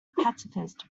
pacifist